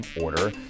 order